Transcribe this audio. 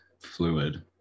fluid